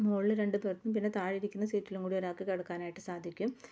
മുകളിൽ രണ്ട് ബെര്ത്തും പിന്നെ താഴെ ഇരിക്കുന്ന സീറ്റിലും കൂടെ ഒരാള്ക്ക് കിടക്കാനായിട്ട് സാധിക്കും